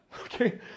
okay